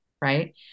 right